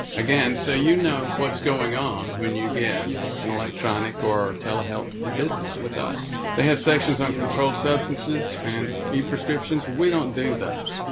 again, so you know what's going on when you get an electronic or telehealth visit with us. they have sections on controlled substances and prescriptions. we don't do those.